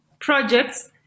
projects